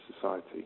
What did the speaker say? society